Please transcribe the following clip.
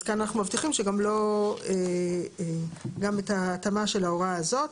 אז כאן אנחנו מבטיחים גם את ההתאמה של ההוראה הזאת.